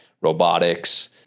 robotics